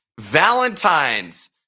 Valentine's